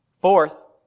Fourth